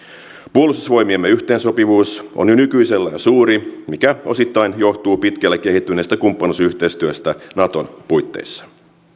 puolustusvoimiemme yhteensopivuus on jo nykyisellään suuri mikä osittain johtuu pitkälle kehittyneestä kumppanuusyhteistyöstä naton puitteissa